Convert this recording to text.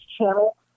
channel